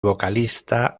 vocalista